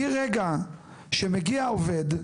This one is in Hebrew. מרגע שמגיע עובד,